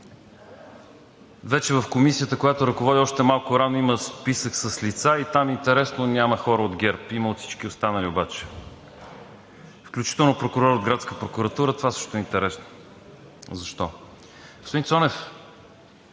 Вече в Комисията, която ръководя, още е малко рано. Има списък с лица и там, интересно, няма хора от ГЕРБ. Има от всички останали обаче, включително прокурор от Градска прокуратура – това също е интересно защо.